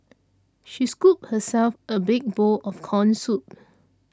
she scooped herself a big bowl of Corn Soup